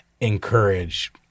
encourage